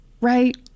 Right